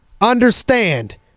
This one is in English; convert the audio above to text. understand